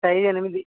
size ఎనిమిది